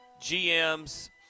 gms